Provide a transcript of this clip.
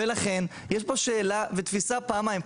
ולכן יש פה שאלה ותפיסה פעמיים.